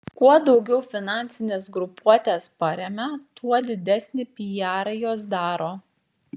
kuo daugiau finansines grupuotes paremia tuo didesnį pijarą jos daro